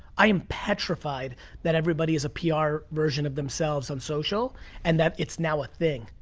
i am petrified that everybody is a pr version of themselves on social and that it's now a thing,